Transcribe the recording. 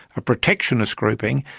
a protectionist grouping,